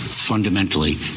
Fundamentally